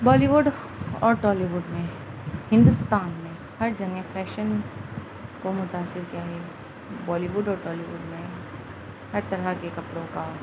بالی would اور Tollywood میں ہندوستان میں ہر جگہ فیشن کو متاثر کیا ہے بالی وڈ اور ٹالی ووڈ میں ہر طرح کے کپڑوں کا